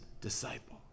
disciple